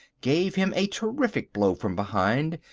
gave him a terrific blow from behind,